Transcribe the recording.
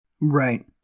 Right